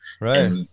Right